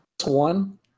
one